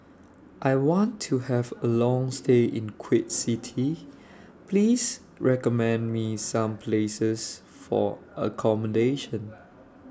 I want to Have A Long stay in Kuwait City Please recommend Me Some Places For accommodation